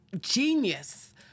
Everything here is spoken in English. genius